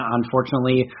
unfortunately